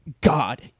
God